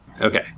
Okay